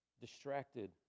distracted